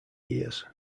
years